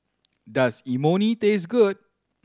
does Imoni taste good